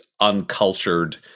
uncultured